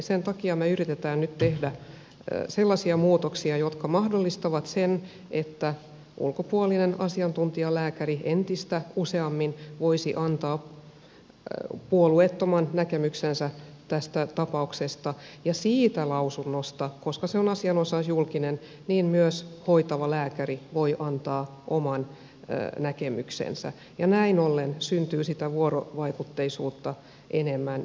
sen takia me yritämme nyt tehdä sellaisia muutoksia jotka mahdollistavat sen että ulkopuolinen asiantuntijalääkäri entistä useammin voisi antaa puolueettoman näkemyksensä tästä ta pauksesta ja siitä lausunnosta koska se on asianosaisjulkinen myös hoitava lääkäri voi antaa oman näkemyksensä ja näin ollen syntyy sitä vuorovaikutteisuutta enemmän itse prosessiin